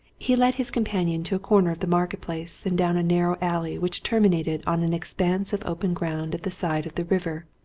he led his companion to a corner of the market-place, and down a narrow alley which terminated on an expanse of open ground at the side of the river.